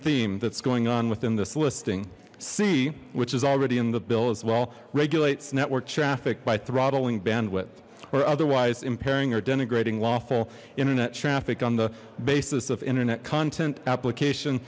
theme that's going on within this listing c which is already in the bill as well regulates network traffic by throttling bandwidth or otherwise impairing or denigrating lawful internet traffic on the basis of internet content application